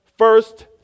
First